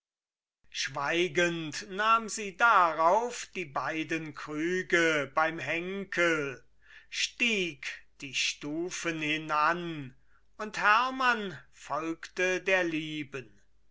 schweigend nahm sie darauf die beiden krüge beim henkel stieg die stufen hinan und hermann folgte der lieben